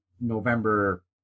November